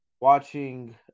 watching